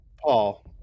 Paul